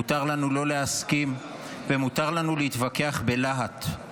מותר לנו לא להסכים ומותר לנו להתווכח בלהט.